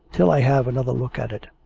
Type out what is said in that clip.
till i have another look at it.